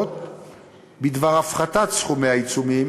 תקנות בדבר הפחתת סכומי העיצומים,